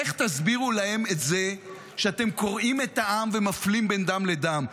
איך תסבירו להם את זה שאתם קורעים את העם ומפלים בין דם לדם?